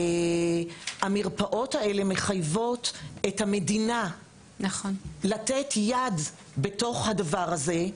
שהמרפאות האלה מחייבות את המדינה לתת יד בתוך הדבר הזה,